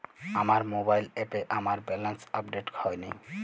আমার মোবাইল অ্যাপে আমার ব্যালেন্স আপডেট হয়নি